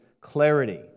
clarity